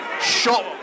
shot